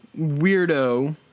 weirdo